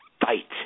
fight